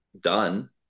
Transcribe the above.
done